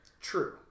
True